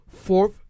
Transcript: Fourth